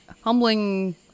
humbling